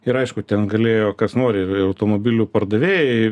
ir aišku ten galėjo kas nori automobilių pardavėjai